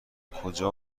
کجا